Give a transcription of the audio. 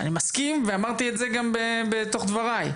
אני מסכים ואמרתי את זה גם בתוך דברי,